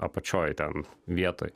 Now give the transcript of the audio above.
apačioj ten vietoj